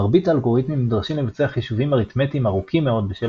מרבית האלגוריתמים נדרשים לבצע חישובים אריתמטיים ארוכים מאוד בשל